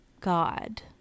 god